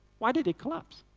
why did it collapse?